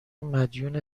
مدیون